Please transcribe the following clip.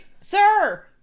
sir